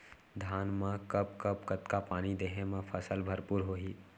धान मा कब कब कतका पानी देहे मा फसल भरपूर होही?